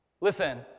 Listen